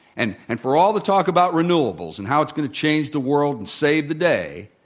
and and for all the talk about renewables and how it's going to change the world and save the day,